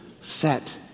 set